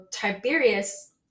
Tiberius